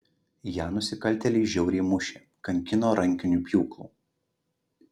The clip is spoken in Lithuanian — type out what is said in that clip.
ją nusikaltėliai žiauriai mušė kankino rankiniu pjūklu